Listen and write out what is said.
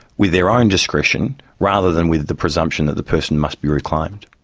with their own discretion, rather than with the presumption that the person must be reclaimed.